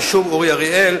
ושוב אורי אריאל.